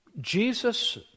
Jesus